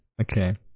Okay